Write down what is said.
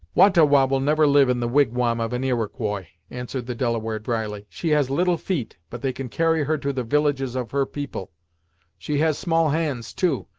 wah-ta-wah will never live in the wigwam of an iroquois, answered the delaware drily. she has little feet, but they can carry her to the villages of her people she has small hands, too,